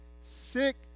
sick